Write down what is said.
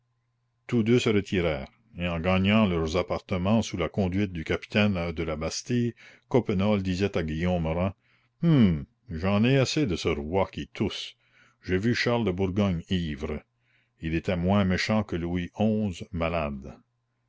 tous deux se retirèrent et en gagnant leurs appartements sous la conduite du capitaine de la bastille coppenole disait à guillaume rym hum j'en ai assez de ce roi qui tousse j'ai vu charles de bourgogne ivre il était moins méchant que louis xi malade